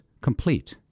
complete